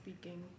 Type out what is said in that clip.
speaking